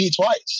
twice